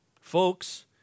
folks